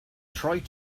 tried